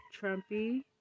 Trumpy